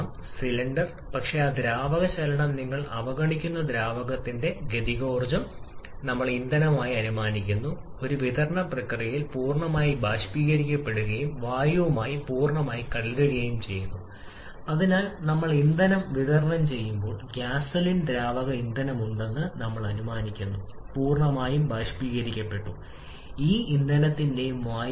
ഈ കറുത്ത ഡോട്ട് ലൈനാണ് ഞാൻ ഇതിനെക്കുറിച്ച് സംസാരിക്കുന്നത് ലൈൻ ഈ ലൈൻ എയർ ഇന്ധന അനുപാതത്തോടുകൂടിയ ബ്രേക്ക് പവർ ഔട്ട്പുട്ട് വ്യതിയാനവുമായി പൊരുത്തപ്പെടുന്നു നമ്മൾക്ക് ലഭിക്കുന്നു സ്റ്റൈക്കിയോമെട്രിക് മിശ്രിതം ലംബ ഡോട്ട് ഇട്ട ലൈനിന് അനുയോജ്യമായ പരമാവധി ഔട്ട്പുട്ട്